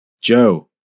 Joe